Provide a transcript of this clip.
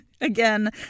Again